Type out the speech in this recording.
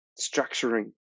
structuring